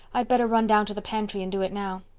i'd better run down to the pantry and do it now.